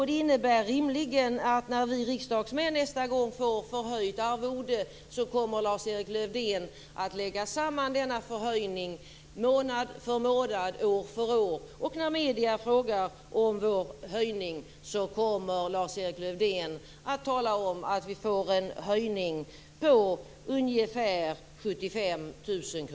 Det innebär rimligen att när vi riksdagsmän nästa gång får förhöjt arvode kommer Lars Erik Lövdén att lägga samman denna förhöjning månad för månad, år för år, och när medierna frågar om vår höjning kommer Lars-Erik Lövdén att tala om att vi får en höjning på ungefär 75 000 kr.